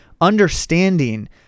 understanding